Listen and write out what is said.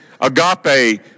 Agape